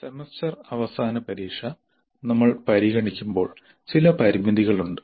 semester അവസാന പരീക്ഷ നമ്മൾ പരിഗണിക്കുമ്പോൾ ചില പരിമിതികളുണ്ട്